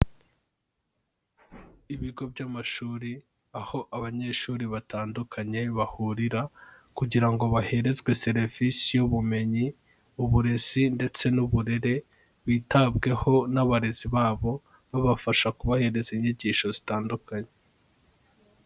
Ibigo by'amashuri aho abanyeshuri batandukanye bahurira kugira ngo baherezwe serivisi y'ubumenyi, uburezi ndetse n'uburere, bitabweho n'abarezi babo babafasha kubahereza inyigisho zitandukanye.